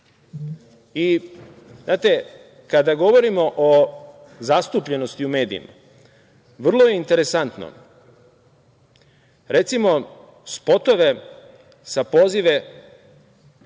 nas? Znate, kada govorimo o zastupljenosti u medijima, vrlo je interesantno, recimo spotove sa pozivom